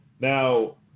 Now